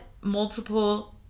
multiple